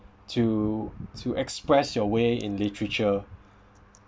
to to express your way in literature